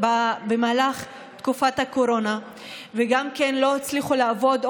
במהלך תקופת הקורונה וגם לא הצליחו לעבוד,